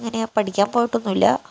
അങ്ങനെ പഠിക്കാൻ പോയിട്ടൊന്നുമില്ല